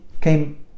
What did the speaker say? came